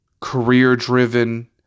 career-driven